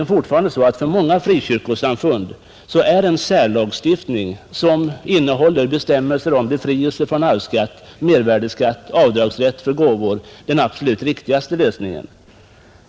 För många kyrkosamfund är nämligen en särlagstiftning som innehåller bestämmelser om befrielse från arvsskatt och från mervärdeskatt och om avdragsrätt för gåvor fortfarande den absolut bästa lösningen.